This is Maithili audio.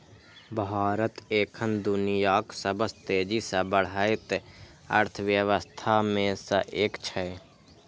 भारत एखन दुनियाक सबसं तेजी सं बढ़ैत अर्थव्यवस्था मे सं एक छै